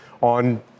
on